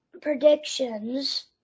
predictions